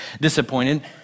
disappointed